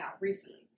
recently